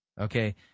okay